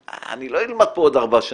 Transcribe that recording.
אני לא אלמד פה עוד ארבע שנים,